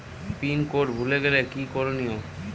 Pin code ভুলে গেলে কি কি করনিয়?